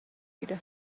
گیره